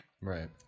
right